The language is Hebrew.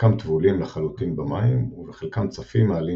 חלקם טבולים לחלוטין במים ובחלקם צפים העלים